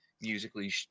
musically